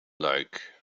luik